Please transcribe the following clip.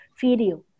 video